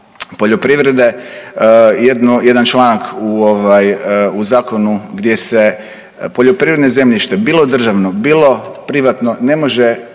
poljoprivrede jedan članak u ovaj u zakonu gdje se poljoprivredno zemljište bilo državno, bilo privatno ne može